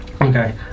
Okay